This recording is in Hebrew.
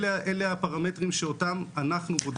אלה הפרמטרים שאותם אנחנו בודקים.